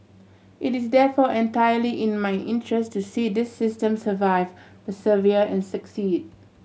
it is therefore entirely in my interest to see this system survive persevere and succeed